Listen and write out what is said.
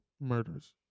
murders